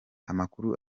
amakuru